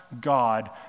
God